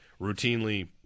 routinely